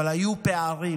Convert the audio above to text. אבל היו פערים,